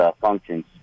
functions